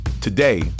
Today